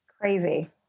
Crazy